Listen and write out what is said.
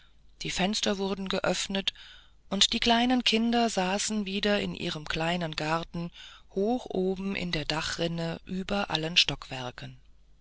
die fenster wurden geöffnet und die kleinen kinder saßen wieder in ihrem kleinen garten hoch oben in der dachrinne über allen stockwerken